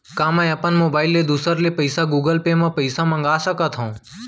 का मैं अपन मोबाइल ले दूसर ले पइसा गूगल पे म पइसा मंगा सकथव?